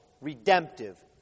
redemptive